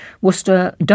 Worcester